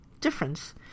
Difference